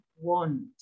want